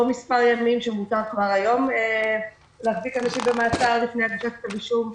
מספר ימים שמותר היום להחזיק אנשים במעצר לפני כתב אישום.